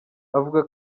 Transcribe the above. avuga